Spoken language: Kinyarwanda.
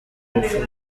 rupfu